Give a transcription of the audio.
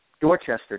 Dorchester